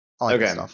Okay